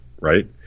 right